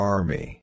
Army